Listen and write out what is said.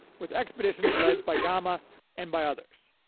with expeditions led by gama and by others.